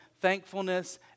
thankfulness